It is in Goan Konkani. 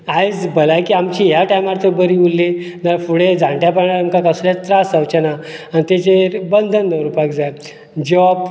आयज भलायकी आमची ह्या टायमार तर बरी उरली जाल्यार फुडे जाणट्यापणांत आमकां कसलेच त्रास जावचे ना आनी तेचेर बंधन दवरपाक जाय जोब